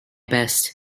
best